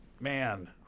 man